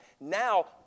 Now